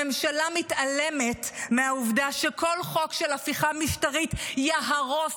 הממשלה מתעלמת מהעובדה שכל חוק של הפיכה משטרית יהרוס